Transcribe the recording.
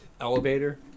elevator